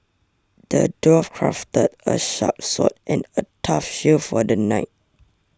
the dwarf crafted a sharp sword and a tough shield for the knight